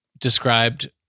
described